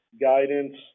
guidance